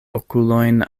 okulojn